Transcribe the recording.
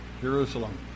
Jerusalem